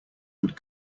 would